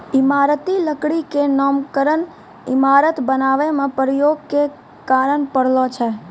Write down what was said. इमारती लकड़ी क नामकरन इमारत बनावै म प्रयोग के कारन परलो छै